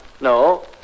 No